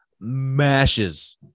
mashes